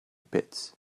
pits